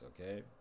Okay